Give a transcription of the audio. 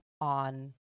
on